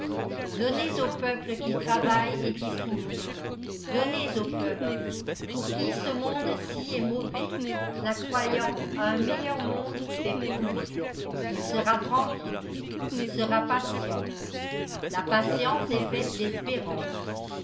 donnez au peuple qui travaille et qui souffre donnez au peuple pour qui ce monde-ci est mauvais la croyance à un meilleur monde fait pour lui il sera tranquille il sera patient la patience est faite d'espérance